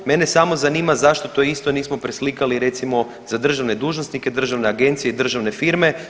Mene samo zanima zašto to isto nismo preslikali recimo za državne dužnosnike, državne agencije, državne firme.